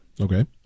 Okay